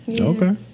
Okay